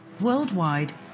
Worldwide